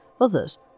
others